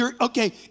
Okay